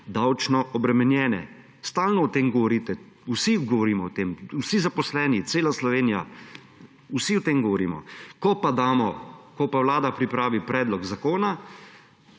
davčno obremenjene. Stalno o tem govorite. Vsi govorimo o tem, vsi zaposleni, cela Slovenija, vsi o tem govorimo. Ko Vlada pripravi predlog zakona,